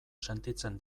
sentitzen